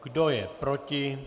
Kdo je proti?